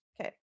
Okay